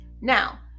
Now